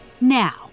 now